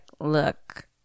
look